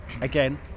again